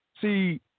see